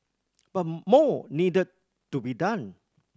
but more needed to be done